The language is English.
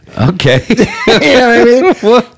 okay